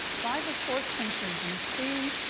by the fourth century bc,